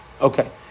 Okay